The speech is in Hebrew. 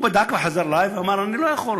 הוא בדק, חזר אלי ואמר: אני לא יכול,